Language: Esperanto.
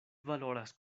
valoras